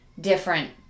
different